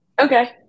Okay